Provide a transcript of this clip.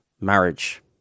marriage